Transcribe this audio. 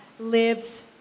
lives